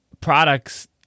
products